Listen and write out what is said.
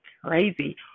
crazy